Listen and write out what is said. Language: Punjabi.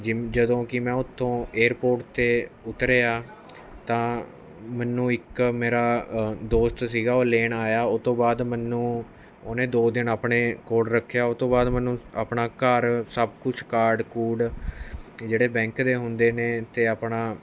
ਜਿਵ ਜਦੋਂ ਕਿ ਮੈਂ ਉੱਥੋਂ ਏਅਰਪੋਰਟ 'ਤੇ ਉਤਰਿਆ ਤਾਂ ਮੈਨੂੰ ਇੱਕ ਮੇਰਾ ਦੋਸਤ ਸੀਗਾ ਉਹ ਲੈਣ ਆਇਆ ਉਹ ਤੋਂ ਬਾਅਦ ਮੈਨੂੰ ਉਹਨੇ ਦੋ ਦਿਨ ਆਪਣੇ ਕੋਲ ਰੱਖਿਆ ਉਹ ਤੋਂ ਬਾਅਦ ਮੈਨੂੰ ਆਪਣਾ ਘਰ ਸਭ ਕੁਛ ਕਾਰਡ ਕੂਡ ਜਿਹੜੇ ਬੈਂਕ ਦੇ ਹੁੰਦੇ ਨੇ ਅਤੇ ਆਪਣਾ